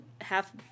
half